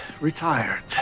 retired